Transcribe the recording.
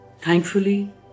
Thankfully